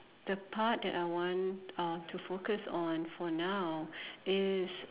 the part that I want uh to focus on for now is